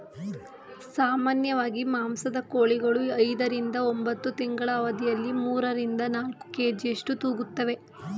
ಸಾಮಾನ್ಯವಾಗಿ ಮಾಂಸದ ಕೋಳಿಗಳು ಐದರಿಂದ ಒಂಬತ್ತು ತಿಂಗಳ ಅವಧಿಯಲ್ಲಿ ಮೂರರಿಂದ ನಾಲ್ಕು ಕೆ.ಜಿಯಷ್ಟು ತೂಗುತ್ತುವೆ